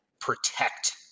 protect